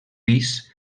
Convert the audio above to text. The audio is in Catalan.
pis